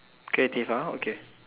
creative ah okay